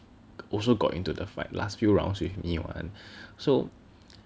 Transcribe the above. also got into the fight last few rounds with me [one] so